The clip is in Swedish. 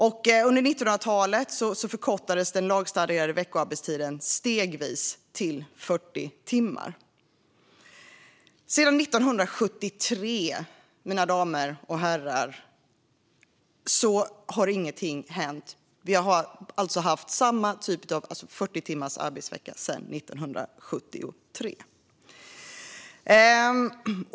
Under 1900-talet förkortades den lagstadgade veckoarbetstiden stegvis till 40 timmar. Sedan 1973, mina damer och herrar, har ingenting hänt. Vi har haft 40 timmars arbetsvecka sedan 1973.